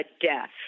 death